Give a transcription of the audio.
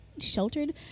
Sheltered